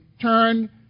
turn